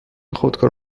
خودکار